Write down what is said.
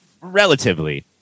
relatively